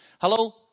Hello